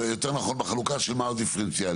ויותר נכון בחלוקה של מה הוא דיפרנציאלי?